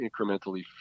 incrementally